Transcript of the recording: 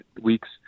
weeks